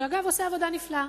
שאגב עושה עבודה נפלאה.